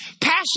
Passion